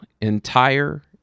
entire